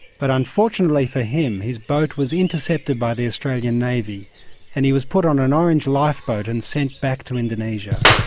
but unfortunately for him his boat was intercepted by the australian navy and he was put on an orange lifeboat and sent back to indonesia.